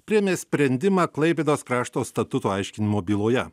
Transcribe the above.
priėmė sprendimą klaipėdos krašto statuto aiškinimo byloje